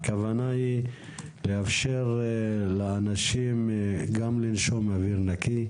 הכוונה היא לאפשר לאנשים גם לנשום אוויר נקי,